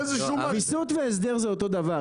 ויסות והסדר זה אותו דבר.